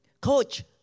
Coach